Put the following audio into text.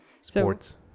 sports